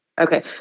Okay